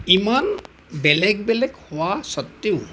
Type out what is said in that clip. ইমান বেলেগ বেলেগ হোৱাৰ স্বত্বেও